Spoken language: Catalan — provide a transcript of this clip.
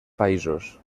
països